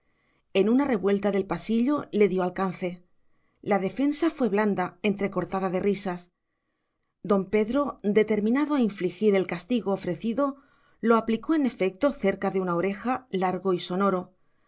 en una revuelta del pasillo le dio alcance la defensa fue blanda entrecortada de risas don pedro determinado a infligir el castigo ofrecido lo aplicó en efecto cerca de una oreja largo y sonoro